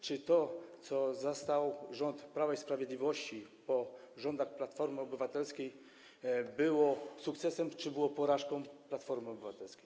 Czy to, co zastał rząd Prawa i Sprawiedliwości po rządach Platformy Obywatelskiej, było sukcesem, czy porażką Platformy Obywatelskiej?